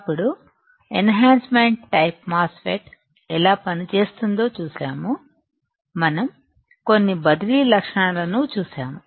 అప్పుడు enhancement type MOSFET ఎలా పనిచేస్తుందో చూశాము మనం కొన్ని బదిలీ లక్షణాలను చూశాము